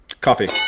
Coffee